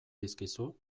dizkizu